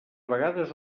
vegades